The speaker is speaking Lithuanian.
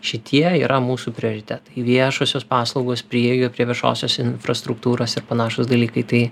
šitie yra mūsų prioritetai viešosios paslaugos prieiga prie viešosios infrastruktūros ir panašūs dalykai tai